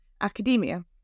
academia